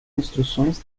instruções